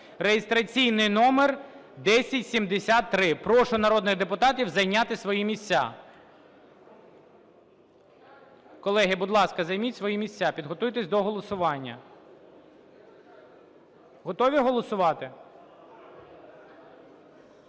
(реєстраційний номер 1073). Прошу народних депутатів зайняти свої місця. Колеги, будь ласка, займіть свої місця, підготуйтесь до голосування. Готові голосувати?